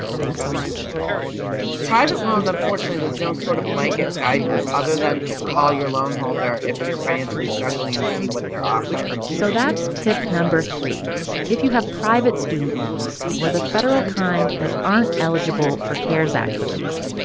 thanks so much private loans, unfortunately, there's no sort of blanket guidance other than to call your loan holder, if you're financially struggling, and see what they're offering so that's tip no. three if you have private student loans or the federal kind that aren't eligible for cares act relief,